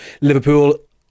Liverpool